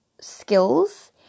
skills